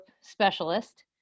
specialist